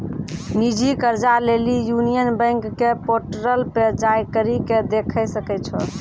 निजी कर्जा लेली यूनियन बैंक के पोर्टल पे जाय करि के देखै सकै छो